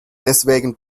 deswegen